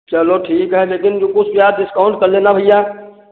चलो ठीक है लेकिन कुछ यार डिस्काउंट कर लेना भैया